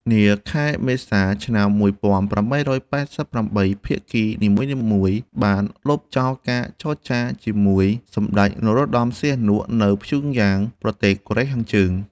នាខែមេសា ១៩៨៨ ភាគីនីមួយៗបានលុបចោលការចរចាជាមួយសម្ដេច នរោត្តមសីហនុ នៅព្យុងយ៉ាង ប្រទេសកូរ៉េខាងជើង។